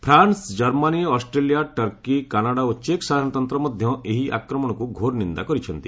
France Germany Australia Turkey Canada ଓ ଚେକ୍ ସାଧାରଣତନ୍ତ୍ର ମଧ୍ୟ ଏହି ଆକ୍ରମଣକୁ ଘୋର ନିନ୍ଦା କରିଛନ୍ତି